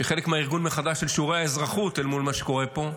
כחלק מהארגון מחדש של שיעורי האזרחות אל מול מה שקורה פה,